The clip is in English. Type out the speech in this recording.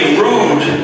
rude